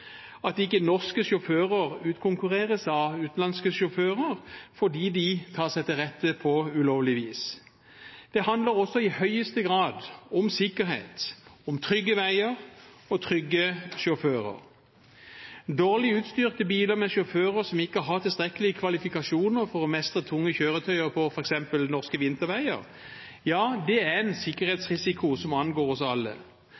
norske sjåfører ikke utkonkurreres av utenlandske sjåfører som tar seg til rette på ulovlig vis. Det handler også i høyeste grad om sikkerhet, trygge veier og trygge sjåfører. Dårlig utstyrte biler med sjåfører som ikke har tilstrekkelige kvalifikasjoner til å mestre tunge kjøretøy på f.eks. norske vinterveier, er en sikkerhetsrisiko som angår oss alle. Derfor må det være en